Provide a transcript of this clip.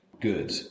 good